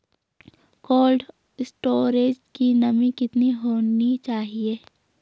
Cold storage की नमी कितनी होनी चाहिए?